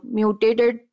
mutated